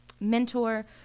mentor